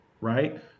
right